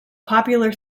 popular